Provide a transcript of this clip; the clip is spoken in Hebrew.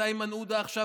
את איימן עודה עכשיו,